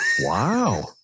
Wow